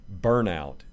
burnout